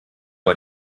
war